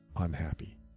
unhappy